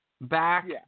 Back